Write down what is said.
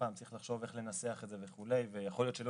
צריך לחשוב איך לנסח את זה ויכול להיות שלא